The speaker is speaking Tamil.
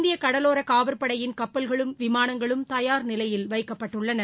இந்திய கடலோரக் காவற்படையின் கப்பல்களும் விமானங்களும் தயார் நிலையில் வைக்கப்பட்டுள்ளன